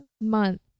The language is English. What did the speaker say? month